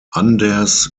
anders